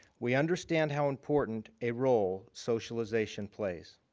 we understand how important a role socialization plays.